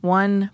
one